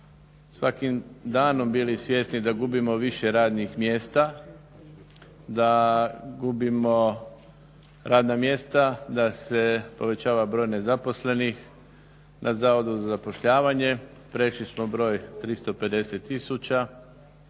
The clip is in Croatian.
svakim danom bili svjesni da gubimo više radnih mjesta, da gubimo radna mjesta, da se povećava broj nezaposlenih na Zavodu za zapošljavanje, prešli smo broj 350